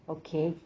okay